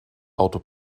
auto